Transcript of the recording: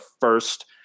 first